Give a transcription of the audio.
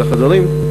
של חדרים,